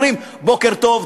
אומרים: בוקר טוב,